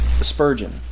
Spurgeon